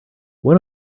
one